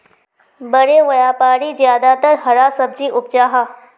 बड़े व्यापारी ज्यादातर हरा सब्जी उपजाहा